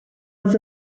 was